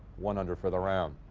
one under for the round.